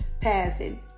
passing